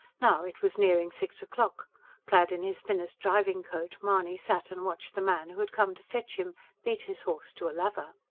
now it was nearing six o'clock clad in his thinnest driving-coat, mahony sat and watched the man who had come to fetch him beat his horse to a lather.